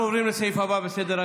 אנחנו עוברים לסעיף הבא בסדר-היום,